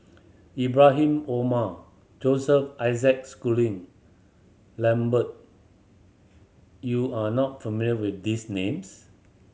Ibrahim Omar Joseph Isaac Schooling Lambert you are not familiar with these names